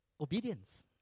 obedience